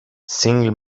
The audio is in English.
single